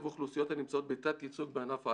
אוכלוסיות הנמצאות בתת-ייצוג בענף ההיי-טק,